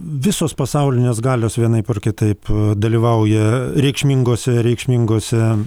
visos pasaulinės galios vienaip ar kitaip dalyvauja reikšminguose reikšminguose